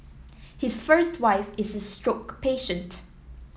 his first wife is a stroke patient